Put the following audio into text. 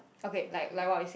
okay like like what we say